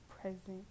present